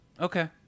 Okay